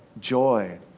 joy